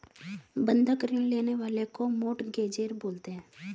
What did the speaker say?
बंधक ऋण लेने वाले को मोर्टगेजेर बोलते हैं